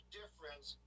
difference